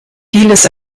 vieles